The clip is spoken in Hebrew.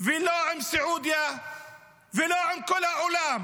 ולא עם סעודיה ולא עם כל העולם,